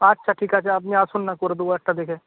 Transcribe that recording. আচ্ছা ঠিক আছে আপনি আসুন না করে দেবো একটা দেখে